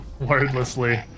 wordlessly